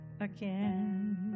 again